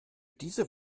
diese